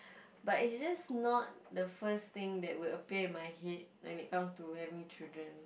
but it's just not the first thing that would appear in my head when it comes to having children